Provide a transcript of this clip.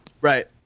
Right